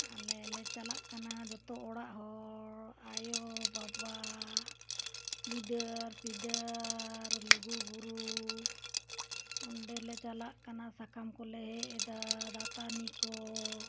ᱟᱞᱮᱼᱞᱮ ᱪᱟᱞᱟᱜ ᱠᱟᱱᱟ ᱡᱚᱛᱚ ᱚᱲᱟᱜ ᱦᱚᱲ ᱟᱭᱳ ᱵᱟᱵᱟ ᱜᱤᱫᱟᱹᱨ ᱯᱤᱫᱟᱹᱨ ᱞᱩᱜᱩ ᱵᱩᱨᱩ ᱚᱸᱰᱮᱞᱮ ᱪᱟᱞᱟᱜ ᱠᱟᱱᱟ ᱥᱟᱠᱟᱢ ᱠᱚᱞᱮ ᱦᱮᱡ ᱮᱫᱟ ᱫᱟᱹᱛᱟᱹᱱᱤ ᱠᱚ